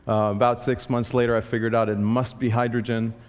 about six months later i figured out it must be hydrogen,